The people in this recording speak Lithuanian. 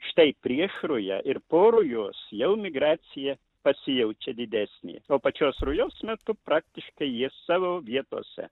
štai prieš rują ir po rujos jau migracija pasijaučia didesnė o pačios rujos metu praktiškai jie savo vietose